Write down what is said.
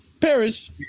paris